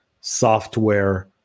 software